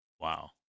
Wow